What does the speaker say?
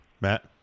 Matt